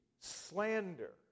slander